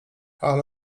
ale